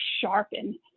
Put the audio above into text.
sharpen